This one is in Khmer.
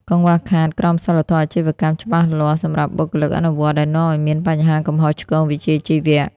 កង្វះខាត "ក្រមសីលធម៌អាជីវកម្ម" ច្បាស់លាស់សម្រាប់បុគ្គលិកអនុវត្ត ដែលនាំឱ្យមានបញ្ហាកំហុសឆ្គងវិជ្ជាជីវៈ។